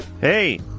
Hey